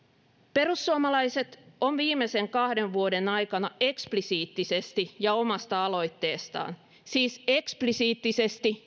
perussuomalaiset ovat viimeisen kahden vuoden aikana eksplisiittisesti ja omasta aloitteestaan siis eksplisiittisesti